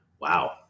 wow